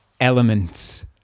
elements